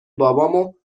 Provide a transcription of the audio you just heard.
بابامو